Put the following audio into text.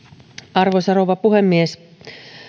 arvoisa rouva puhemies